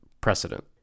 precedent